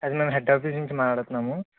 అది మేము head office నుంచి మాట్లాడుతున్నాము